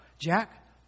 Jack